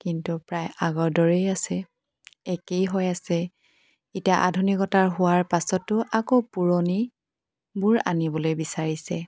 কিন্তু প্ৰায় আগৰদৰেই আছে একেই হৈ আছে এতিয়া আধুনিকতা হোৱাৰ পাছতো আকৌ পুৰণিবোৰ আনিবলৈ বিচাৰিছে